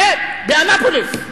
באנאפוליס.